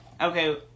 Okay